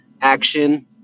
Action